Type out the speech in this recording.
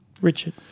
Richard